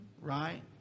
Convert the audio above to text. right